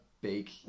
big